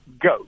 go